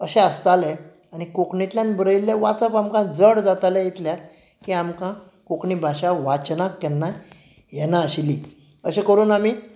अशें आसतालें आनी कोंकणींतल्यान बरयल्लें वाचप आमकां जड जातालें इतलें की आमकां कोंकणी भाशा वाचनाक केन्ना येनाशिल्ली अशें करून आमी